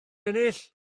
ennill